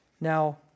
Now